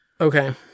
Okay